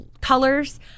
colors